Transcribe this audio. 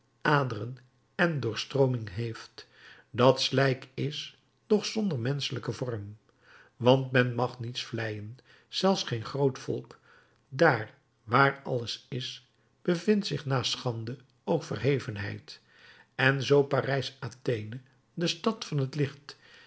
aderen en doorstrooming heeft dat slijk is doch zonder menschelijken vorm want men mag niets vleien zelfs geen groot volk daar waar alles is bevindt zich naast schande ook verhevenheid en zoo parijs athene de stad van het licht